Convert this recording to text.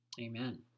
Amen